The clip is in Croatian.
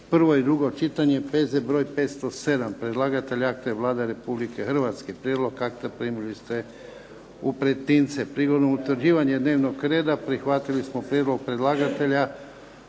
prvo i drugo čitanje, P.Z. br. 507 Predlagatelj akta je Vlada Republike Hrvatske. Prijedlog akta primili ste u pretince. Prigodom utvrđivanja dnevnog reda prihvatili smo prijedlog predlagatelja